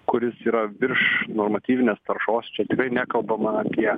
kuris yra virš normatyvinės taršos čia tikrai nekalbama apie